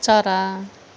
चरा